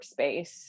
workspace